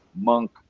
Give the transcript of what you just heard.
Monk